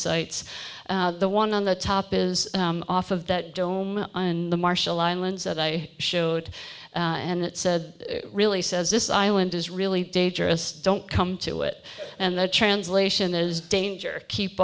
sites the one on the top is off of that dome and the marshall islands that i showed and it said really says this island is really dangerous don't come to it and the translation is danger keep